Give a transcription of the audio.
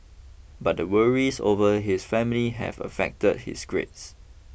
but the worries over his family have affected his grades